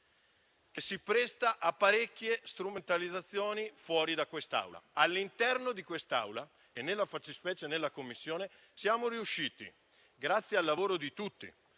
si presta a parecchie strumentalizzazioni fuori da quest'Aula. All'interno di quest'Aula, e nella fattispecie in Commissione, siamo riusciti - grazie al lavoro di tutti,